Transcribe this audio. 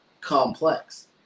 complex